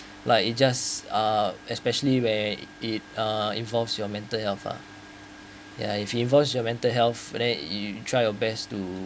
like it just uh especially where it uh involves your mental health uh ya if it involves your mental health then you try your best to